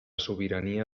sobirania